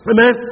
Amen